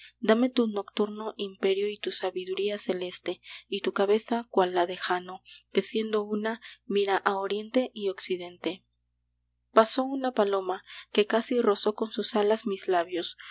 dame tu nocturno imperio y tu sabiduría celeste y tu cabeza cual la de jano que siendo una mira a oriente y occidente pasó una paloma que casi rozó con sus alas mis labios